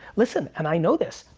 listen, and i know this,